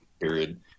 Period